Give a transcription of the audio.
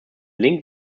link